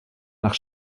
nach